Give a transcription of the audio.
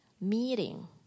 meeting